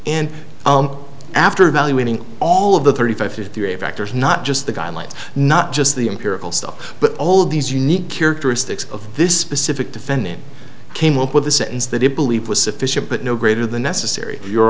and after valuing all of the thirty five fifty eight factors not just the guidelines not just the empirical stuff but all of these unique characteristics of this specific defendant came up with a sentence that he believed was sufficient but no greater than necessary your